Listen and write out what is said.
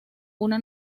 una